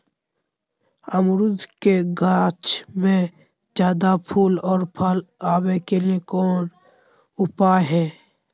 अमरूद के गाछ में ज्यादा फुल और फल आबे के लिए कौन उपाय है?